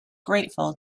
grateful